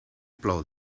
plou